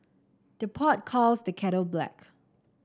the pot calls the kettle black